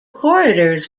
corridors